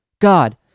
God